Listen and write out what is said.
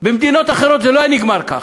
במדינות אחרות זה לא היה נגמר ככה.